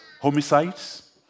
Homicides